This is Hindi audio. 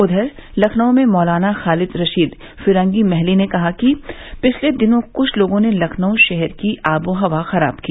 उधर लखनऊ में मौलाना खालिद रशीद फिरंगी महली ने कहा कि पिछले दिनों कुछ लोगों ने लखनऊ शहर की आबोहवा खराब की